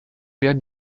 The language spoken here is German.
werden